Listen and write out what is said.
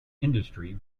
industry